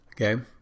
Okay